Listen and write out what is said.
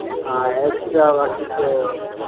हाँ extra work तो